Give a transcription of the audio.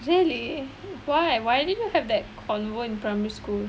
really why why did you have that convocation in primary school